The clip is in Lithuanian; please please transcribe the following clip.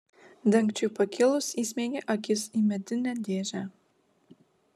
dangčiui pakilus įsmeigė akis į medinę dėžę